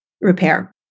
repair